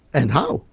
and how!